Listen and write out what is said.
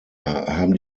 haben